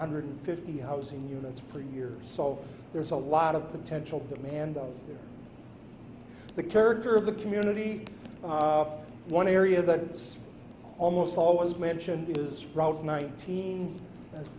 hundred fifty housing units per year so there's a lot of potential demand of the character of the community one area that is almost always mentioned is route nineteen as